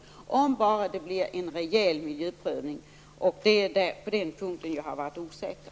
Vad som förutsätts är att det görs en rejäl miljöprövning. Det är på den punkten som jag har varit osäker.